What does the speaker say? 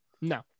No